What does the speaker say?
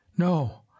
No